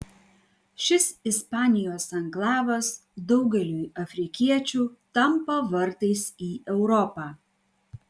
šis ispanijos anklavas daugeliui afrikiečių tampa vartais į europą